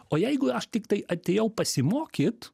o jeigu aš tiktai atėjau pasimokyt